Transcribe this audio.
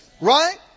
right